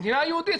המדינה יהודית,